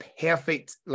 perfect